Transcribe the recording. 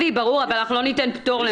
אם אנחנו נאפשר את הפטור,